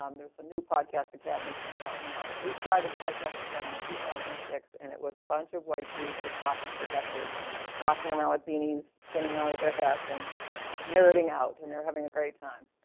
um there is a new podcast academy coming out now. but we started podcast academy in two thousand and six and it was a bunch of white dudes with pocket protectors walking around with beanies spinning out of their hats and nerding out and they're having a great time.